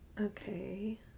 Okay